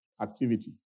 activity